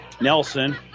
Nelson